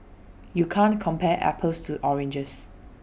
you can't compare apples to oranges